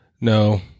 No